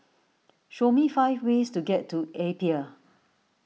show me five ways to get to Apia